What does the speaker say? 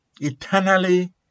Eternally